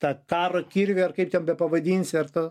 tą taro kirvį ar kaip bepavadinsi ar tą